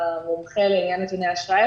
המומחה לעניין נתוני אשראי,